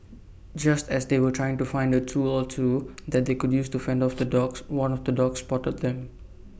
just as they were trying to find A tool or two that they could use to fend off the dogs one of the dogs spotted them